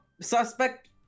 suspect